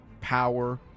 power